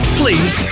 please